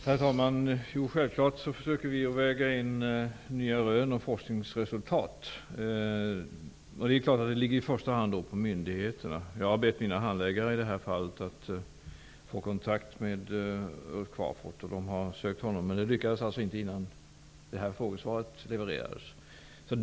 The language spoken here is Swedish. Herr talman! Jo, självklart försöker vi väga in nya rön och forskningsresultat. Det är klart att det i första hand ligger på myndigheterna. Jag har bett mina handläggare att i det här fallet ta kontakt med Ulf Qvarfort. De har sökt honom, men lyckades inte nå honom innan det här frågesvaret levererades.